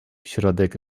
środek